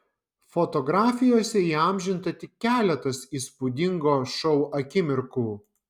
fotografijose įamžinta tik keletas įspūdingo šou akimirkų